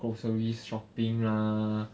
groceries shopping lah